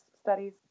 studies